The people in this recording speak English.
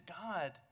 God